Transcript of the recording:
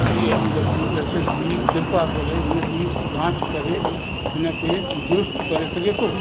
C M W S S B कृपा करे हिन जी जांचु करे हिनखे दुरुस्तु करे सघे थो